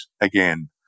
again